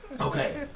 Okay